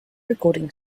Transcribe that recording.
recording